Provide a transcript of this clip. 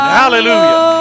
hallelujah